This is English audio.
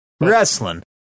wrestling